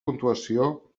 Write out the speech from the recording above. puntuació